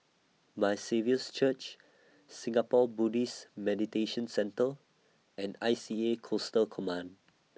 My Saviour's Church Singapore Buddhist Meditation Centre and I C A Coastal Command